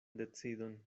decidon